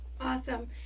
Awesome